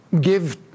give